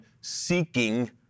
seeking